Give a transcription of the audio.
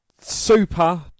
Super